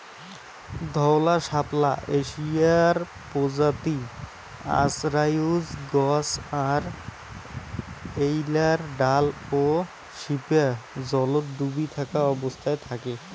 ধওলা শাপলা এশিয়ার প্রজাতি অজরায়ুজ গছ আর এ্যাইলার ডাল ও শিপা জলত ডুবি থাকা অবস্থাত থাকে